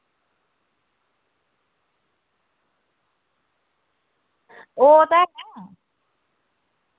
ओह् ते ऐ